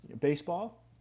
Baseball